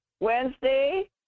Wednesday